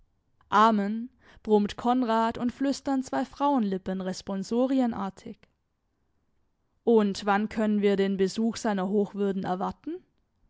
amen brummt konrad und flüstern zwei frauenlippen responsorienartig und wann können wir den besuch seiner hochwürden erwarten